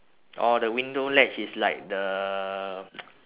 oh the window ledge is like the